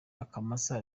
akamasa